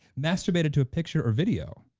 masturbated to a picture or video?